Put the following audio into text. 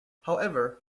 however